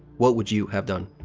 what would you have done?